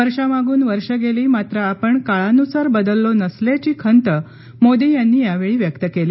वर्षामागून वर्षे गेली मात्र आपण काळानुसार बदललो नसल्याची खंत मोदी यांनी यावेळी व्यक्त केली